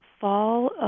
fall